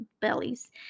bellies